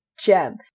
gem